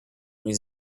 means